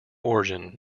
origin